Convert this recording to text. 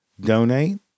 donate